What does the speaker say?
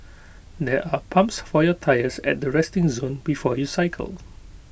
there are pumps for your tyres at the resting zone before you cycle